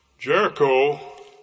Jericho